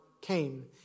came